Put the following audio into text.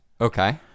Okay